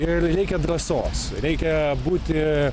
ir reikia drąsos reikia būti